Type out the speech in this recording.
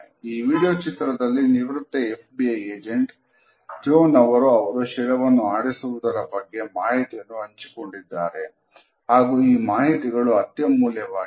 ಈ ವಿಡಿಯೋ ಚಿತ್ರದಲ್ಲಿ ನಿವೃತ್ತ ಎಫ್ಬಿಐ ಏಜೆಂಟ್ ಜೋ ನವರೊ ಅವರು ಶಿರವನ್ನು ಆಡಿಸುವುದರ ಬಗ್ಗೆ ಮಾಹಿತಿಯನ್ನು ಹಂಚಿಕೊಂಡಿದ್ದಾರೆ ಹಾಗೂ ಈ ಮಾಹಿತಿಗಳು ಅತ್ಯಮೂಲ್ಯವಾಗಿದೆ